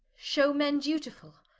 shew men dutifull,